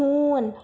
ہوٗن